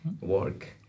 work